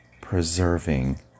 preserving